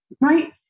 right